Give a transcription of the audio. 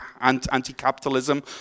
anti-capitalism